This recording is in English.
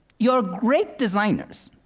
you're great designers,